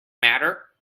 matter